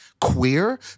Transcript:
queer